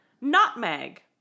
nutmeg